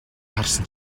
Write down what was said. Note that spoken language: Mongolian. харсан